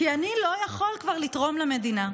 כי אני לא יכול כבר לתרום למדינה.